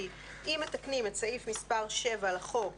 כי אם מתקנים את סעיף מספר 7 לחוק